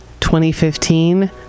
2015